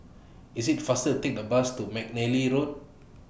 IT IS faster Take A Bus to Mcnally Road